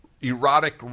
erotic